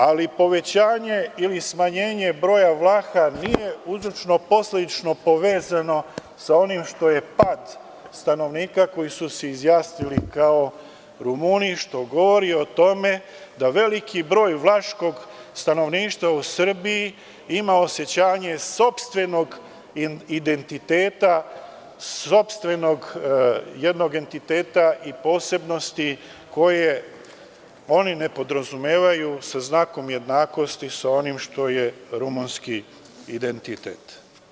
Ali, povećanje ili smanjenje broja Vlaha nije uzročno-posledično povezano sa onim što je pad stanovnika koji su se izjasnili kao Rumuni, što govori o tome da veliki broj vlaškog stanovništva u Srbiji ima osećanje sopstvenog identiteta, sopstvenog entiteta i posebnosti koje oni ne podrazumevaju sa znakom jednakosti sa onim što je rumunski identitet.